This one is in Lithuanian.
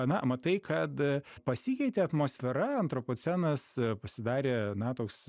na matai kad pasikeitė atmosfera antropocenas pasidarė na toks